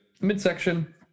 midsection